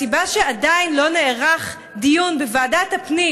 הסיבה שעדיין לא נערך דיון בוועדת הפנים,